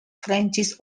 francis